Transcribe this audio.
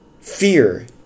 fear